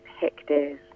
hectares